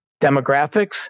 demographics